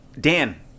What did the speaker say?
Dan